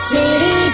City